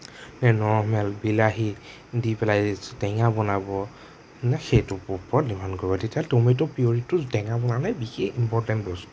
নে নৰ্মেল বিলাহী দি পেলাই টেঙা বনাব মানে সেইটোৰ ওপৰত ডিমাণ্ড কৰিব তেতিয়াহ'লে ট'মেট'ৰ পিয়ৰিটো টেঙা বনালে বিশেষ ইম্প'ৰ্টেন্ট বস্তু